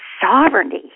sovereignty